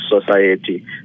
society